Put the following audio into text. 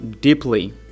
deeply